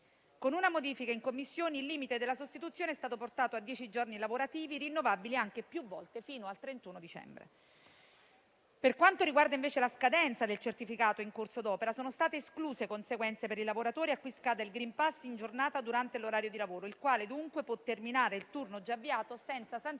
Con una modifica in Commissione, il limite della sostituzione è stato portato a dieci giorni lavorativi, rinnovabili anche più volte fino al 31 dicembre. Per quanto riguarda invece la scadenza del certificato in corso d'opera, sono state escluse conseguenze per i lavoratori a cui scade il *green pass* in giornata, durante l'orario di lavoro, il quale dunque può terminare il turno già avviato senza sanzioni